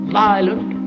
violent